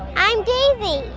i'm daisy.